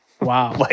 Wow